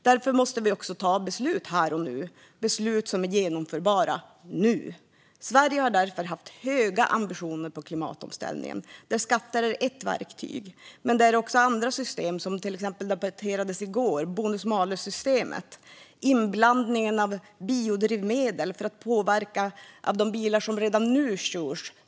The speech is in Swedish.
Därför måste vi också ta beslut här och nu och beslut som är genomförbara nu. Sverige har därför haft höga ambitioner i klimatomställningen. Skatter är ett verktyg, men det finns också andra system, till exempel de som debatterades i går: bonus malus-systemet och inblandning av biodrivmedel för att minska klimatpåverkan från de bilar som redan nu körs.